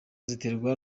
ziterwa